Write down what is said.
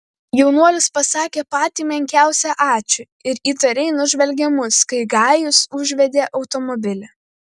jaunuolis pasakė patį menkiausią ačiū ir įtariai nužvelgė mus kai gajus užvedė automobilį